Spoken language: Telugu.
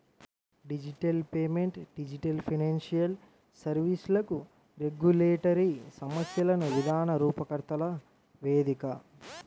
డిజిటల్ పేమెంట్ డిజిటల్ ఫైనాన్షియల్ సర్వీస్లకు రెగ్యులేటరీ సమస్యలను విధాన రూపకర్తల వేదిక